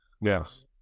Yes